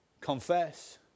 Confess